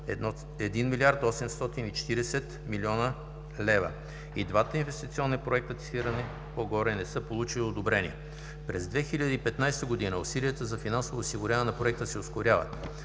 1,84 млрд. лв. И двата инвестиционни проекта, цитирани по-горе, не са получили одобрение. През 2015 г. усилията за финансово осигуряване на Проекта се ускоряват.